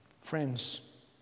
Friends